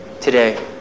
today